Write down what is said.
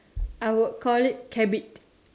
I would call it cabbit